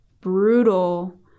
brutal